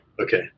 Okay